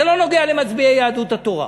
זה לא נוגע במצביעי יהדות התורה,